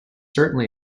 certainly